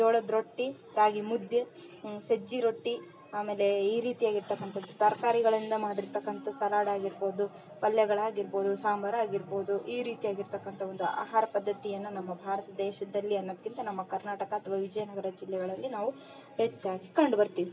ಜೋಳದ ರೊಟ್ಟಿ ರಾಗಿ ಮುದ್ದೆ ಸಜ್ಜೆ ರೊಟ್ಟಿ ಆಮೇಲೆ ಈ ರೀತಿಯಾಗಿರತಕ್ಕಂಥ ತರಕಾರಿಗಳಿಂದ ಮಾಡಿರತಕ್ಕಂಥ ಸಲಾಡ್ ಆಗಿರ್ಬೋದು ಪಲ್ಯಗಳು ಆಗಿರ್ಬೋದು ಸಾಂಬಾರು ಆಗಿರ್ಬೋದು ಈ ರೀತಿಯಾಗಿರತಕ್ಕಂಥ ಒಂದು ಆಹಾರ ಪದ್ಧತಿಯನ್ನು ನಮ್ಮ ಭಾರತ ದೇಶದಲ್ಲಿ ಅನ್ನೋದಕ್ಕಿಂತ ನಮ್ಮ ಕರ್ನಾಟಕ ಅಥವಾ ವಿಜಯನಗರ ಜಿಲ್ಲೆಯೊಳಗೆ ನಾವು ಹೆಚ್ಚಾಗಿ ಕಂಡು ಬರ್ತೀವಿ